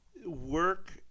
Work